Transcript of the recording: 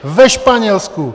Ve Španělsku!